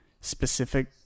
specific